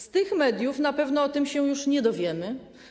Z tych mediów na pewno o tym się już nie dowiemy.